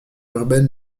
urbaine